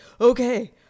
okay